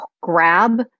grab